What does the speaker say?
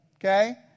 okay